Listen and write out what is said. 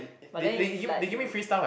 but then if like you